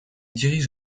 dirige